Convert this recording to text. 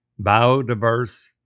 biodiverse